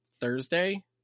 Thursday